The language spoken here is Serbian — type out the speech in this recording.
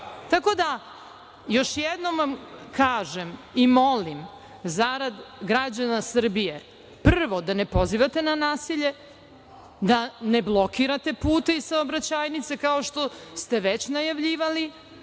da, još jednom vam kažem i molim zarad građana Srbije, prvo da ne pozivate na nasilje, da ne blokirate puteve i saobraćajnice kao što ste već najavljivali